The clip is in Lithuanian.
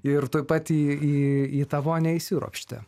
ir tuoj pat į į į tą vonią įsiropštė